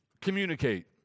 communicate